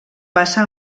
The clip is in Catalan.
passa